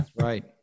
Right